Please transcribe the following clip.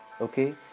Okay